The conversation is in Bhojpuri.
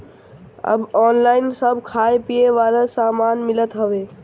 अब ऑनलाइन सब खाए पिए वाला सामान मिलत हवे